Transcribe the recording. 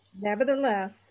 Nevertheless